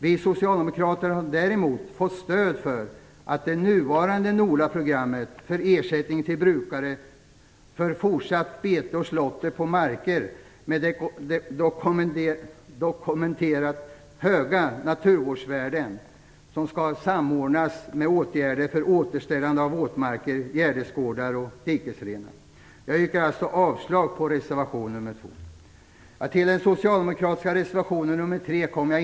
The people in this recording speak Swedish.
Vi socialdemokrater har däremot fått stöd för att det nuvarande NOLA programmet för ersättning till brukare för fortsatt bete och slåtter på marker med dokumenterat höga naturvårdsvärden skall samordnas med åtgärder för återställande av våtmarker, gärdesgårdar och dikesrenar. Jag yrkar alltså avslag på reservation nr 2. Jag yrkar inte bifall till den socialdemokratiska reservationen nr 3.